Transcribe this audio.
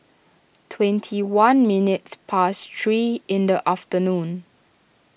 twenty one minutes past three in the afternoon